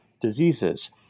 diseases